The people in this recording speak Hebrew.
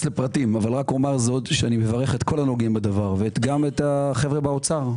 לפרטים אבל אני מברך את כל הנוגעים בדבר וגם את החבר'ה באוצר.